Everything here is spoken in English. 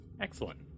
Excellent